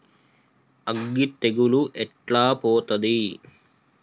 అగ్గి తెగులు ఎట్లా పోతది?